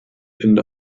ende